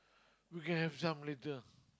you can have some later